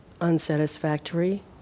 unsatisfactory